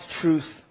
truth